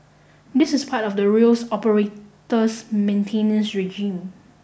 this is part of the rails operator's maintenance regime